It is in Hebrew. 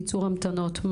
קיצור המתנות.